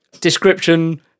description